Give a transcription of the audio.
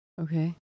Okay